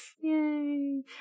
Yay